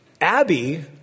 Abby